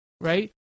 right